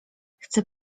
chcę